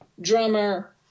drummer